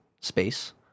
space